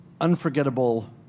unforgettable